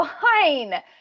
fine